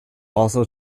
also